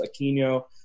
Aquino